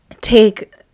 take